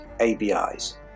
ABI's